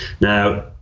now